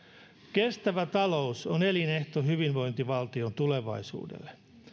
kestävä talous on elinehto hyvinvointivaltion tulevaisuudelle